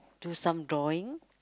do some drawing